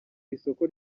isoko